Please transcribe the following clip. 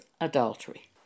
adultery